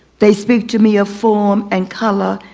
they speak to me a form and color,